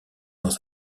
dans